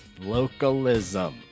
Localism